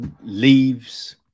leaves